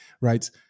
Right